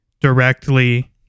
directly